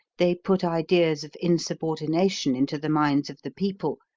they put ideas of insubordination into the minds of the people,